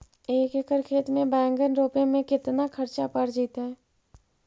एक एकड़ खेत में बैंगन रोपे में केतना ख़र्चा पड़ जितै?